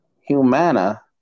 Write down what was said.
Humana